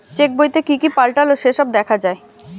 check বইতে কি কি পাল্টালো সে সব দেখা যায়